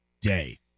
day